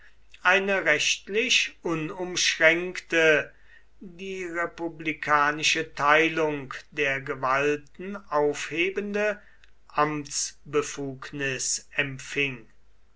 eine rechtlich unumschränkte die republikanische teilung der gewalten aufhebende amtsbefugnis empfing